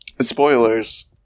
Spoilers